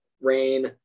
rain